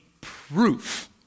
proof